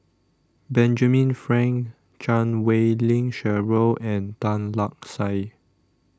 Benjamin Frank Chan Wei Ling Cheryl and Tan Lark Sye